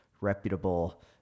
reputable